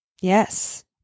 Yes